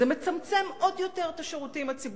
זה מצמצם עוד יותר את השירותים הציבוריים.